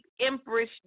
Empress